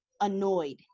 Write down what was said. annoyed